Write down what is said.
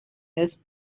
اسم